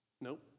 Nope